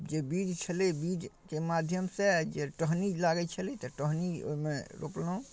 जे बीज छलै बीजके माध्यमसँ जे टहनी लागै छलै तऽ टहनी ओहिमे रोपलहुँ